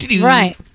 Right